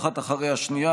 אחת אחרי השנייה.